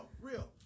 real